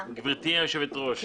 גברתי היושבת-ראש,